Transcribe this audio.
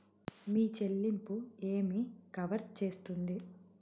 మీ చెల్లింపు ఏమి కవర్ చేస్తుంది?